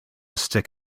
stick